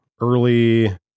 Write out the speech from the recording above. early